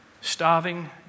starving